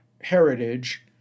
heritage